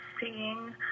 seeing